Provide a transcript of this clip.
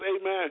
amen